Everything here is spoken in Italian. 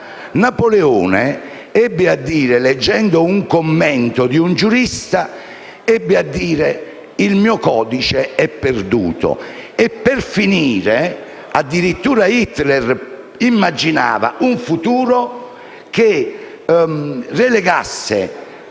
Napoleone ebbe a dire, leggendo un commento di un giurista: «Il mio codice è perduto». Per finire, addirittura Hitler immaginava un futuro che emarginasse